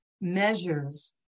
measures